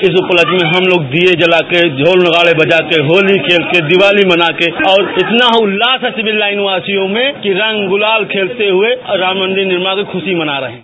इस उपलक्ष्य में हम तोग दीये जलाकर ढोल नगाड़े बजाते होती खेलते दीवाली मना के और इतना उल्लास है सिविल लाइनवासियों में कि रंग गुलाल खेलते हुए और राम मंदिर निर्माण की खुशी मना रहे हैं